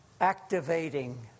activating